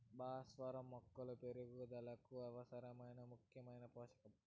భాస్వరం మొక్కల పెరుగుదలకు అవసరమైన ముఖ్యమైన పోషకం